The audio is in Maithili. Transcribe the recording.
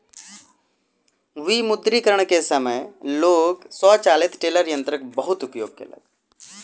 विमुद्रीकरण के समय लोक स्वचालित टेलर यंत्रक बहुत उपयोग केलक